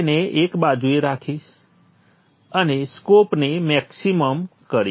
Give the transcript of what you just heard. હું તેને એક બાજુએ રાખીશ અને સ્કોપને મેક્સીમમ કરીશ